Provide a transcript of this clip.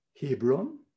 Hebron